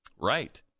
Right